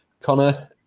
Connor